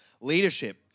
leadership